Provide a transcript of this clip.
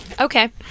Okay